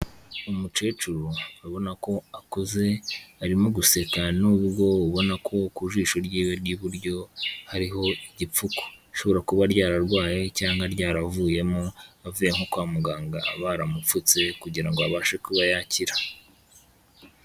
Umukecuru urabona ko akuze, arimo guseka nubwo ubona ko ku jisho ryiwe n'iburyo hariho igipfuko, rishobora kuba ryararwaye cyangwa ryaravuyemo avuye nko kwa muganga baramupfutse kugira ngo abashe kuba yakira.